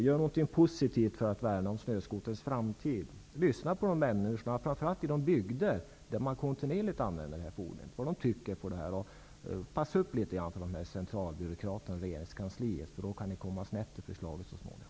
Gör något positivt för att värna om snöskoterns framtid. Lyssna på människorna, framför allt i de bygder där man kontinuerligt använder de här fordonen, och hör vad de tycker. Se upp litet för centralbyråkraterna och regeringskansliet annars kan förslaget hamna snett.